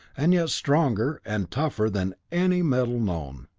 and yet stronger and tougher than any metal known.